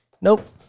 Nope